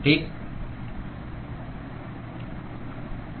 ठीक